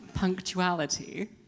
punctuality